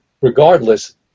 regardless